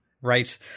Right